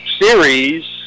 series